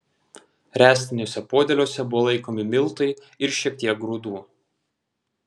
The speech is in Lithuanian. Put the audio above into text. ręstiniuose podėliuose buvo laikomi miltai ir šiek tiek grūdų